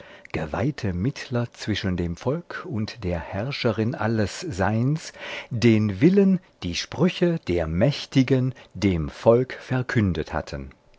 geweihte mittler zwischen dem volk und der herrscherin alles seins den willen die sprüche der mächtigen dem volk verkündet hatten